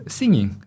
singing